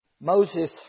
Moses